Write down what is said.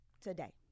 today